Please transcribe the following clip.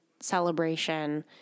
celebration